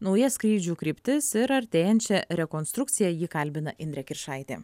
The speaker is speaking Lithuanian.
nauja skrydžių kryptis ir artėjančią rekonstrukciją ji kalbina indrė kiršaitė